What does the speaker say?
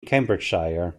cambridgeshire